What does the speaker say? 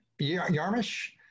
Yarmish